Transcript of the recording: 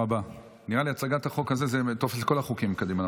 נראה לי שהצגת החוק הזה תופסת את כל החוקים קדימה,